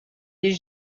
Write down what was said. des